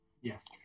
Yes